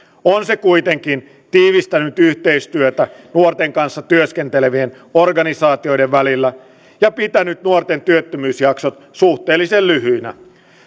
on se kuitenkin tiivistänyt yhteistyötä nuorten kanssa työskentelevien organisaatioiden välillä ja pitänyt nuorten työttömyysjaksot suhteellisen lyhyinä